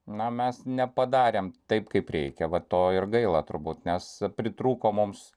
na mes nepadarėm taip kaip reikia va to ir gaila turbūt nes pritrūko mums